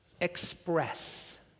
express